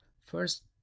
first